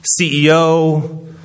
CEO